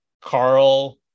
Carl